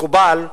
מקובל,